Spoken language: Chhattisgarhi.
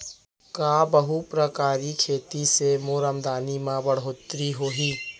का बहुप्रकारिय खेती से मोर आमदनी म बढ़होत्तरी होही?